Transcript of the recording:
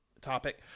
topic